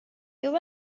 you